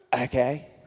okay